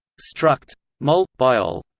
struct. mol. biol.